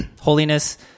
holiness